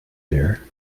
dear